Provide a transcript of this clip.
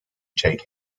take